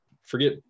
forget